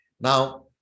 Now